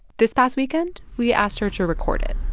this past weekend, we asked her to record it